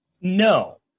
No